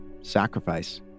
Sacrifice